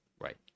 right